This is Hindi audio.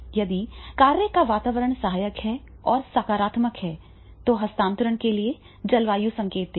यदि कार्य का वातावरण सहायक और सकारात्मक है तो हस्तांतरण के लिए जलवायु संकेत देगी